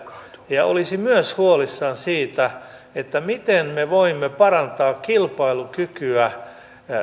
ja olisi myös huolissaan siitä miten me voimme parantaa kilpailukykyä